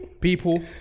People